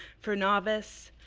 for novice,